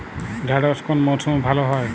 ঢেঁড়শ কোন মরশুমে ভালো হয়?